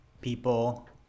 people